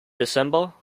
december